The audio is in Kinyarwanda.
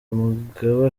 mugabe